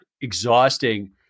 exhausting